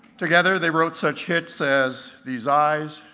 together they wrote such hits as, these eyes,